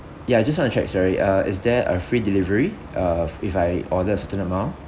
ya just want to check sorry uh is there a free delivery uh if I order a certain amount